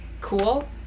cool